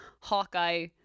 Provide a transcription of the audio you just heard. Hawkeye